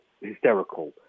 hysterical